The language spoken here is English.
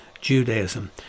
Judaism